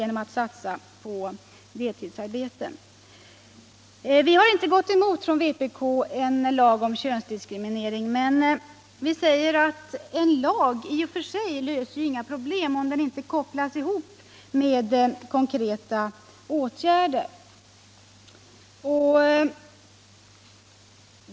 Ifrån vpk:s sida har vi inte gått emot en lag om könsdiskriminering, men vi säger att en lag i och för sig inte löser några problem om den inte kopplas ihop med konkreta åtgärder.